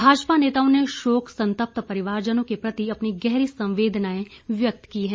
भाजपा नेताओं ने शोक संतप्त परिवारजनों के प्रति अपनी गहरी संवेदनाएं व्यक्त की हैं